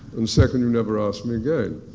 and second, you never ask me again.